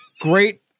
great